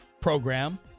program